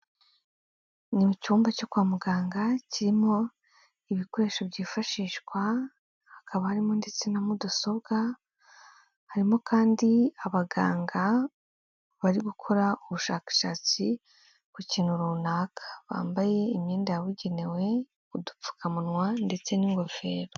Ni icyumba cyo kwa muganga kirimo ibikoresho byifashishwa hakaba harimo ndetse na mudasobwa, harimo kandi abaganga bari gukora ubushakashatsi ku kintu runaka bambaye imyenda yabugenewe, udupfukamunwa ndetse n'ingofero.